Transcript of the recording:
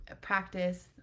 practice